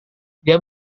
dia